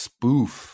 Spoof